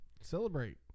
celebrate